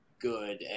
good